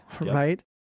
right